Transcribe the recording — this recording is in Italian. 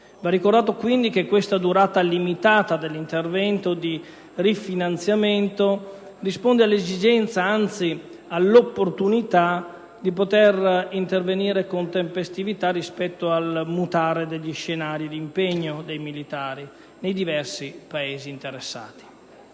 Va ricordato quindi che questa limitata durata dell'intervento di rifinanziamento risponde all'esigenza, anzi all'opportunità, di intervenire con tempestività rispetto al mutare degli scenari di impegno dei militari nei diversi Paesi interessati.